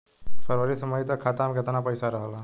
फरवरी से मई तक खाता में केतना पईसा रहल ह?